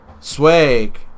Swag